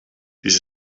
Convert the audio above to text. dies